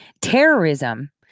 terrorism